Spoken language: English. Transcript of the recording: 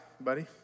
buddy